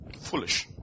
Foolish